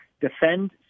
defend